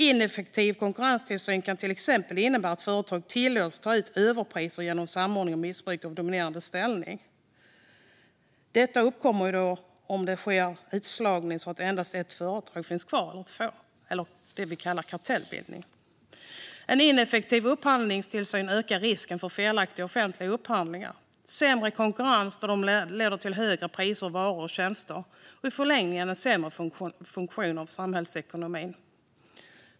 Ineffektiv konkurrenstillsyn kan till exempel innebära att företag tillåts ta ut överpriser genom samordning och missbruk av dominerande ställning. Det uppkommer om det sker utslagning så att endast ett eller få företag finns kvar och det blir så kallad kartellbildning. Ineffektiv upphandlingstillsyn ökar risken för felaktiga offentliga upphandlingar. Sämre konkurrens leder till högre priser på varor och tjänster och i förlängningen till en sämre fungerande samhällsekonomi.